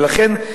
לכן,